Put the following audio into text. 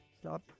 Stop